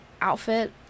outfit